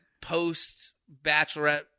post-Bachelorette